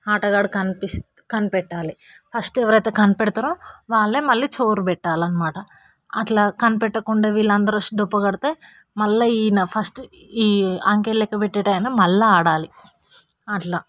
ఆటగాడు కనిపిస్తె కనిపెట్టాలి ఫస్ట్ ఎవరయితే కనిపెడతారో వాళ్ళే మళ్ళీ చోరు పెట్టాలన్నమాట అట్లా కనిపెట్టకుండా వీళ్ళందరు వచ్చి డొప్ప కొడితే మళ్ళా ఈయన ఫస్ట్ ఈ అంకెలు లెక్కపెట్టెటి ఆయన మళ్ళా ఆడాలి అట్లా